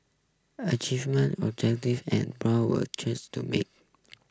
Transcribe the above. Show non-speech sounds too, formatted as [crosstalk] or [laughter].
achievement objective and [unintelligible] were chase to make